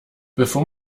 bevor